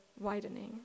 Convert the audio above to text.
widening